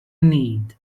need